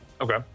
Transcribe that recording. Okay